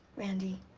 randy.